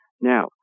Now